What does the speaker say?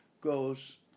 goes